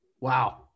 Wow